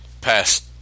past